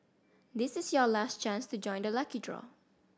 this is your last chance to join the lucky draw